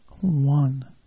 one